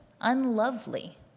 unlovely